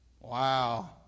Wow